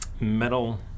metal